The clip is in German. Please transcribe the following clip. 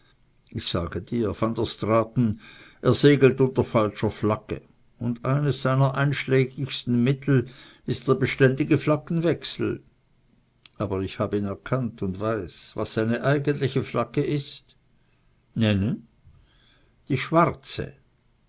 ich sage dir van der straaten er segelt unter falscher flagge und eines seiner einschlägigsten mittel ist der beständige flaggenwechsel aber ich hab ihn erkannt und weiß was seine eigentliche flagge ist nennen die schwarze